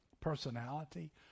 Personality